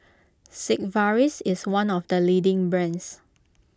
Sigvaris is one of the leading brands